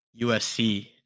USC